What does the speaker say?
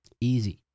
easy